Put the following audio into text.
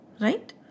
Right